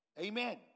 Amen